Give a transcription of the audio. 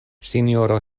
sinjoro